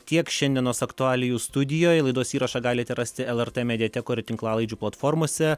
tiek šiandienos aktualijų studijoj laidos įrašą galite rasti lrt mediatekoj ir tinklalaidžių platformose